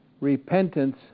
repentance